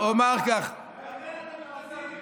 גם הסירוב שלכם פוליטי.